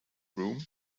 room